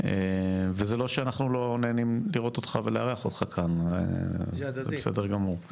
וזה לא שאנחנו לא נהנים לראות אותך ולארח אותך כאן זה בסדר גמור.